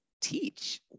teach